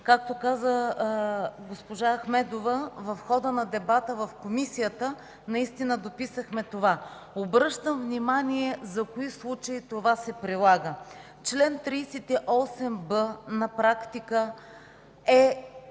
Както каза госпожа Ахмедова, в хода на дебата в Комисията наистина дописахме това. Обръщам внимание за кои случаи се прилага това. На практика в